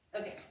Okay